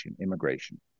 immigration